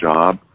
job